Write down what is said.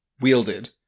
wielded